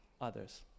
others